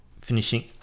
finishing